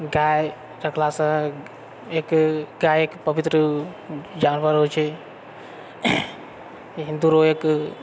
गाय रखलासँ एक गाय एक पवित्र जानवर होइ छै हिन्दूरो एक